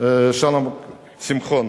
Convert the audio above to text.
שלום שמחון.